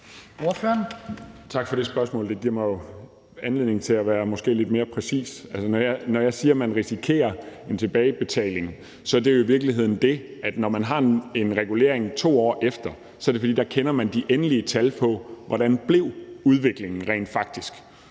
Tak for det spørgsmål. Det giver mig jo anledning til at være måske lidt mere præcis. Altså, når jeg siger, at man risikerer en tilbagebetaling, er det jo i virkeligheden det, at når man har en regulering 2 år efter, er det, fordi man der kender de endelige tal for, hvordan udviklingen faktisk